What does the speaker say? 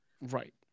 Right